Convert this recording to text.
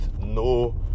no